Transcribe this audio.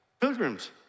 Pilgrims